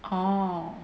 orh